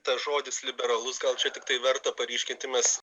tas žodis liberalus gal čia tiktai verta paryškinti mes